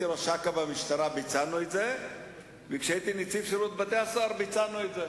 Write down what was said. אדוני היושב-ראש, נפלה שגיאה בעברית.